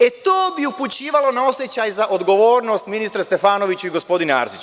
E, to bi upućivalo na osećaj za odgovornost ministre Stefanoviću i gospodine Arsiću.